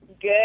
Good